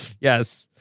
Yes